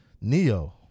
Neo